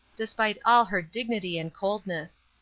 despite all her dignity and coldness.